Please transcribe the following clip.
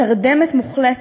תרדמת מוחלטת.